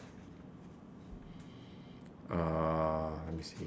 uh let me see